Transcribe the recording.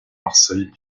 marseille